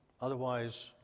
Otherwise